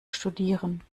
studieren